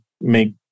make